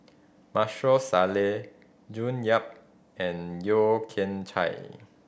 Maarof Salleh June Yap and Yeo Kian Chai